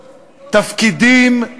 תפקידים,